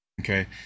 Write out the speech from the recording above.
Okay